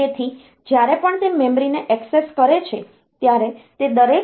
તેથી જ્યારે પણ તે મેમરીને એક્સેસ કરે છે ત્યારે તે દરેક 8 bit ના સંદર્ભમાં હશે